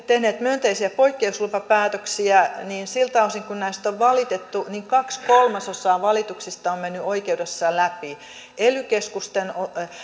tehneet myönteisiä poikkeuslupapäätöksiä niin siltä osin kuin näistä on valitettu kaksi kolmasosaa valituksista on mennyt oikeudessa läpi kun ely keskusten